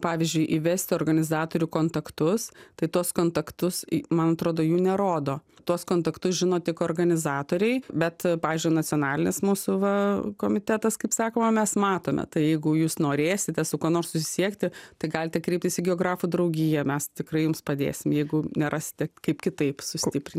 pavyzdžiui įvesti organizatorių kontaktus tai tuos kontaktus į man atrodo jų nerodo tuos kontaktus žino tik organizatoriai bet pavyzdžiui nacionalinis mūsų va komitetas kaip sakoma mes matome tai jeigu jūs norėsite su kuo nors susisiekti tai galite kreiptis į geografų draugiją mes tikrai jums padėsim jeigu nerasite kaip kitaip sustiprint